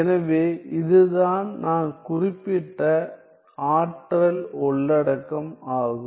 எனவே இதுதான் நான் குறிப்பிட்ட ஆற்றல் உள்ளடக்கம் ஆகும்